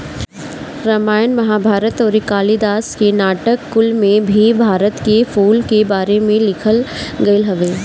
रामायण महाभारत अउरी कालिदास के नाटक कुल में भी भारत के फूल के बारे में लिखल गईल हवे